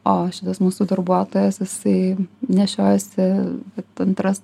o šitas mūsų darbuotojas jisai nešiojasi vat antra